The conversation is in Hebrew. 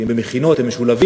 כי הם במכינות והם משולבים,